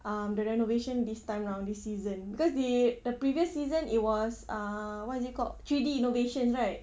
um the renovation this time round this season because the the previous season it was ah what is it called three D innovations right